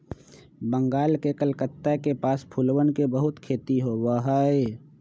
बंगाल के कलकत्ता के पास फूलवन के बहुत खेती होबा हई